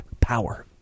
power